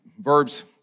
verbs